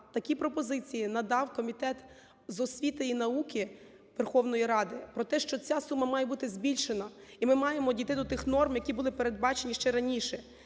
такі пропозиції надав Комітет з освіти і науки Верховної Ради, про те, що ця сума має бути збільшена і ми маємо дійти до тих норм, які були передбачені ще раніше